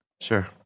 Sure